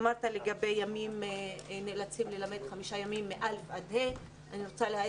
אמרת שמכיתות א' עד ה' אמרת ילמדו חמישה ימים ואני רוצה להביא